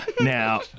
Now